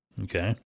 okay